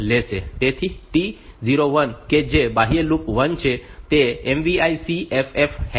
તેથી T01 કે જે બાહ્ય લૂપ 1 છે તે MVI C FF હેક્સ છે